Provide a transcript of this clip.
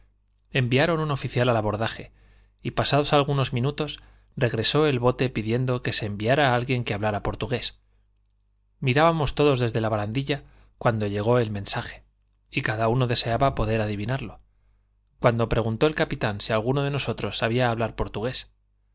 enviaron un oficial al abordaje y pasados algunos minutos regresó el bote pidiendo que se enviara a alguien que hablara portugués mirábamos todos desde la barandilla cuando llegó el mensaje y cada uno deseaba poder adivinarlo cuando preguntó el capitán si alguno de nosotros sabía hablar portugués